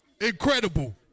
Incredible